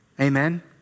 Amen